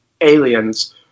aliens